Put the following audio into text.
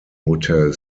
hotel